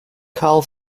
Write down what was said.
carl